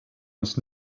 uns